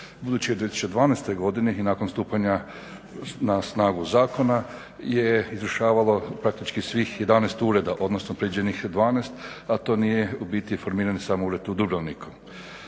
Budući da u '12. godini i nakon stupanja na snagu zakona je izvršavalo praktičkih svih 11 ureda, odnosno … 12, a to nije u biti formirano samo … u Dubrovniku.